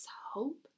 hope